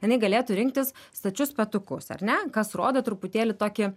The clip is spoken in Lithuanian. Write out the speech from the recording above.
jinai galėtų rinktis stačius petukus ar ne kas rodo truputėlį tokį